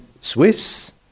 Swiss